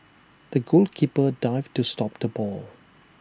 the goalkeeper dived to stop the ball